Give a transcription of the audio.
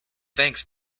thanks